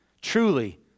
truly